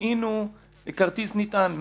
תטעינו כרטיס נטען.